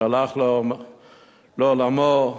שהלך לעולמו.